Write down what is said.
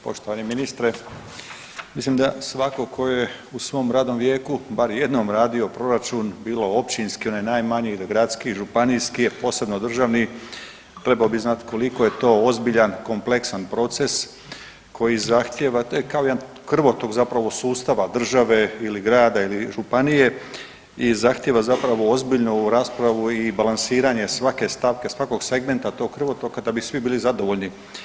Poštovani ministre, mislim da svatko tko je u svom radnom vijeku bar jednom radio proračun bilo općinski onaj najmanji ili gradski, županijski, a posebno državni trebao bi znat koliko je to ozbiljan i kompleksan proces koji zahtijeva, to je kao jedan krvotok zapravo sustava države ili grada ili županije i zahtjeva zapravo ozbiljnu ovu raspravu i balansiranje svake stavke i svakog segmenta tog krvotoka da bi svi bili zadovoljni.